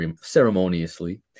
ceremoniously